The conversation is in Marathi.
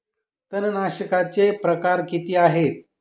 तणनाशकाचे प्रकार किती आहेत?